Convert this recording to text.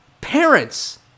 parents